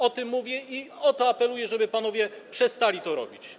O tym mówię i o to apeluję, żeby panowie przestali to robić.